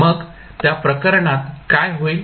मग त्या प्रकरणात काय होईल